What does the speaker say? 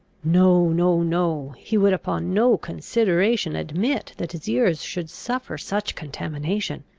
no! no! no! he would upon no consideration admit, that his ears should suffer such contamination.